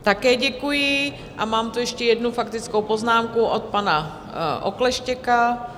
Také děkuji a mám tu ještě jednu faktickou poznámku od pana Oklešťka.